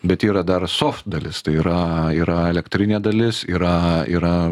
bet yra dar soft dalis tai yra yra elektrinė dalis yra yra